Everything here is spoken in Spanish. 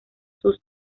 sus